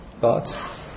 Thoughts